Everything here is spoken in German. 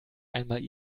einmal